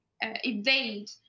evade